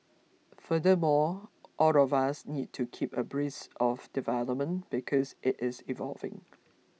furthermore all of us need to keep abreast of developments because it is evolving